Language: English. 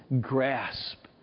grasp